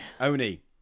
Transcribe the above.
Oni